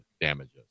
damages